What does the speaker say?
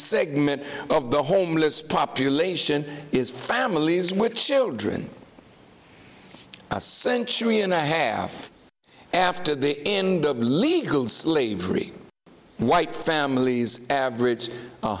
segment of the homeless population is families with children a century and a half after the end of legal slavery white families average